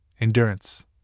endurance